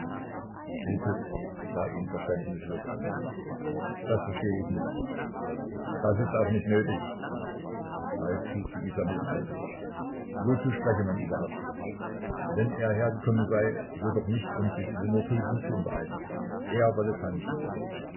sah ihn verständnislos an das versteh ich nicht das ist auch nicht nötig falk suchte isa mit den augen wozu spreche man überhaupt wenn er hergekommen sei so doch nicht um sich über morphologie zu unterhalten er wolle tanzen